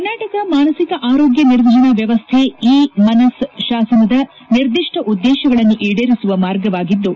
ಕರ್ನಾಟಕ ಮಾನಸಿಕ ಆರೋಗ್ಯ ನಿರ್ವಹಣಾ ವ್ಯವಸ್ಥೆ ಇ ಮನಸ್ ಶಾಸನದ ನಿರ್ದಿಷ್ಟ ಉದ್ದೇಶಗಳನ್ನು ಈಡೇರಿಸುವ ಮಾರ್ಗವಾಗಿದ್ದು